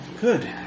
good